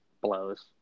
blows